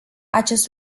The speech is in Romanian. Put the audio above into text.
acest